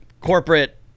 corporate